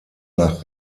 nach